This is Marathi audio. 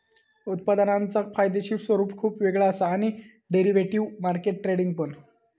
उत्पादनांचा कायदेशीर स्वरूप खुप वेगळा असा आणि डेरिव्हेटिव्ह मार्केट ट्रेडिंग पण